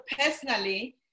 personally